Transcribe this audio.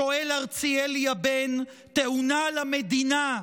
שואל ארציאלי הבן / תאונה למדינה,